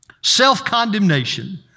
self-condemnation